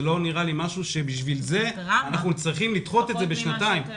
זה לא נראה לי משהו שבשביל זה אנחנו צריכים לדחות את החוק בשנתיים.